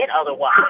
otherwise